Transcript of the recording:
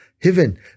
heaven